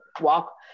walk